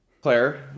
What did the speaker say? Claire